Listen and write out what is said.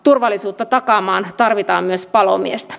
turvallisuutta takaamaan tarvitaan myös palomiestä